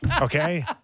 Okay